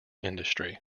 industry